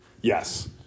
yes